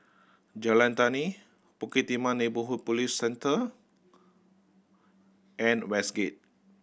Jalan Tani Bukit Timah Neighbourhood Police Centre and Westgate